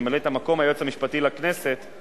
ממלאת-מקום היועץ המשפטי לכנסת,